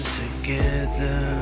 together